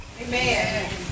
Amen